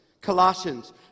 Colossians